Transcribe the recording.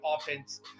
offense